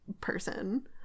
person